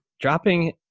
Dropping